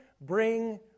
bring